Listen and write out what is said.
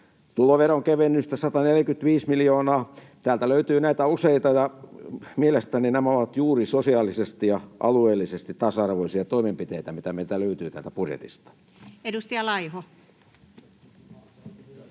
tuloveron kevennystä 145 miljoonaa. Täältä löytyy näitä useita, ja mielestäni nämä ovat juuri sosiaalisesti ja alueellisesti tasa-arvoisia toimenpiteitä, mitä meiltä löytyy täältä budjetista. [Speech